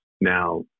now